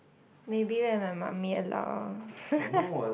maybe when my mummy allow orh